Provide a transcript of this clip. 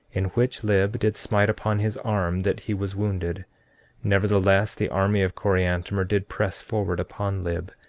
in which lib did smite upon his arm that he was wounded nevertheless, the army of coriantumr did press forward upon lib,